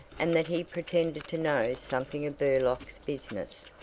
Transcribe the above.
and that he pretended to know something of burlock's business.